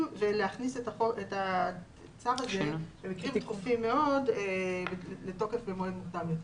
ולהכניס לתוקף את הצו הזה במקרים דחופים מאוד במועד מוקדם יותר.